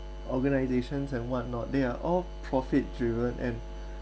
organisations and whatnot they are all profit driven and